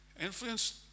influenced